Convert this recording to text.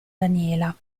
daniela